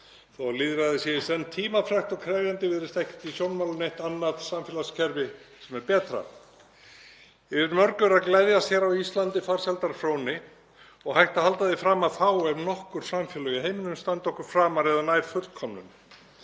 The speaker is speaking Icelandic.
að lýðræðið sé í senn tímafrekt og krefjandi virðist ekki í sjónmáli neitt annað samfélagskerfi sem er betra. Yfir mörgu er að gleðjast á Íslandi farsældar fróni og hægt að halda því fram að fá ef nokkur samfélög í heiminum standi okkur framar eða nær fullkomnun.